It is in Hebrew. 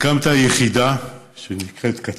הקמת יחידה שנקראת כת"ף,